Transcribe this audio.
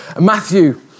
Matthew